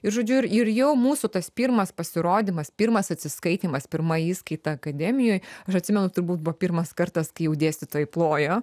ir žodžiu ir ir jau mūsų tas pirmas pasirodymas pirmas atsiskaitymas pirma įskaita akademijoj aš atsimenu turbūt buvo pirmas kartas kai jau dėstytojai plojo